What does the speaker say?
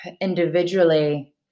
individually